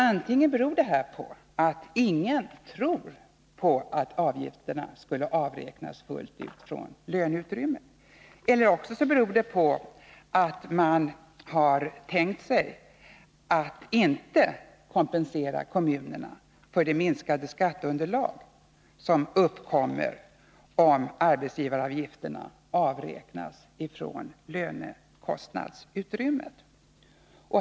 Antingen beror det här på att ingen tror på att avgifterna skulle avräknas fullt ut från löneutrymmet, eller också beror det på att man har tänkt sig att inte kompensera kommunerna för det minskade skatteunderlag som uppkommer om arbetsgivaravgifterna avräknas från lönekostnadsutrymmet.